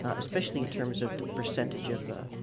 especially in terms of the percentage of, ah,